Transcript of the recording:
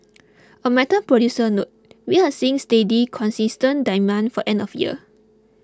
a metal producer noted we are seeing steady consistent demand for end of year